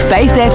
Faith